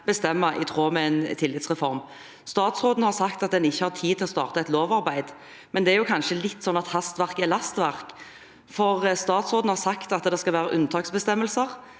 bestemme i tråd med en tillitsreform. Statsråden har sagt at en ikke har tid til å starte et lovarbeid. Det er kanskje litt sånn at hastverk er lastverk, for statsråden har sagt at det skal være unntaksbestemmelser,